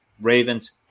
Ravens